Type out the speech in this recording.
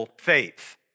faith